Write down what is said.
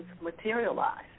materialize